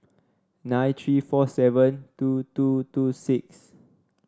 nine three four seven two two two six